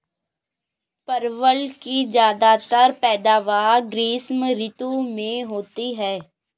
परवल की ज्यादातर पैदावार ग्रीष्म ऋतु में होती है